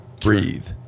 breathe